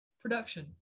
production